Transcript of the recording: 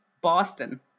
Boston